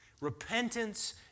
Repentance